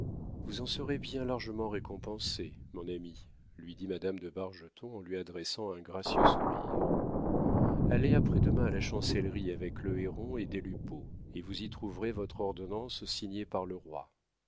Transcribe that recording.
vous en serez bien largement récompensé mon ami lui dit madame de bargeton en lui adressant un gracieux sourire allez après-demain à la chancellerie avec le héron et des lupeaulx et vous y trouverez votre ordonnance signée par le roi